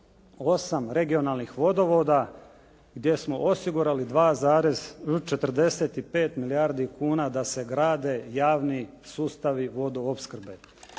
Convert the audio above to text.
toga 8 regionalnih vodovoda gdje smo osigurali 2,45 milijardi kuna da se grade javni sustavi vodoopskrbe.